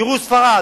גירוש ספרד,